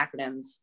acronyms